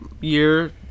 Year